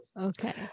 Okay